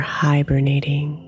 hibernating